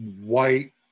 white